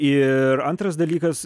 ir antras dalykas